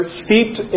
steeped